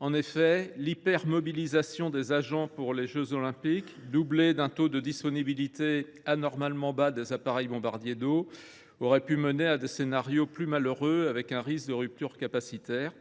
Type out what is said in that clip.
En effet, l’extrême mobilisation des agents pour les Jeux, doublée d’un taux de disponibilité anormalement bas des appareils bombardiers d’eau, aurait pu mener à des scénarios plus malheureux, avec un risque de rupture capacitaire.